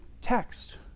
text